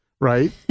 Right